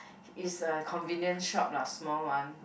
is a convenient shop lah small one